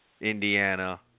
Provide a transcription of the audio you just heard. Indiana